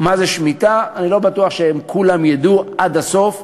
מה זה שמיטה, לא בטוח שכולם ידעו עד הסוף.